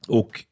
och